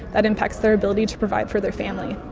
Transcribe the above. that impacts their ability to provide for their family.